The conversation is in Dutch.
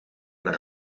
naar